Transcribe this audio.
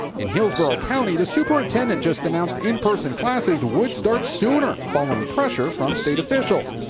in hillsboro county, the superintendent just announced in person classes would start sooner following pressure from state officials.